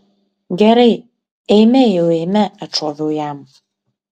gerai eime jau eime atšoviau jam